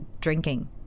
drinking